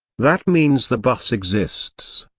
that means the bus exists.